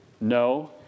No